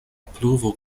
pluvo